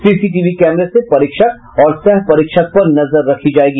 CCTV कैमरे से परीक्षक और सह परीक्षक पर नजर रखी जायेगी